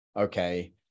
Okay